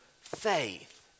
faith